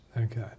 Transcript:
Okay